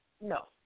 No